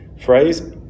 phrase